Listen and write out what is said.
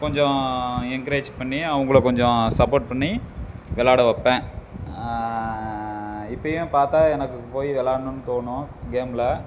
கொஞ்சம் என்கரேஜ் பண்ணி அவங்கள கொஞ்சம் சப்போர்ட் பண்ணி விளையாட வைப்பேன் இப்பயும் பார்த்தா எனக்குப் போய் விளையாடணுன்னு தோணும் கேம்ல